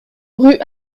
rue